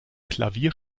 klavier